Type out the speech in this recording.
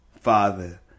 Father